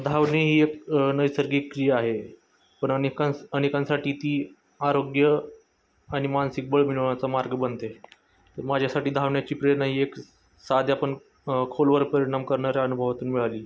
धावणे ही एक नैसर्गिक क्रिया आहे पण अनेकास अनेकांसाठी ती आरोग्य आणि मानसिक बळ मिळवण्याचा मार्ग बनते तर माझ्यासाठी धावण्याची प्रेरणा ही एक साध्या पण खोलवर परिणाम करणाऱ्या अनुभवातून मिळाली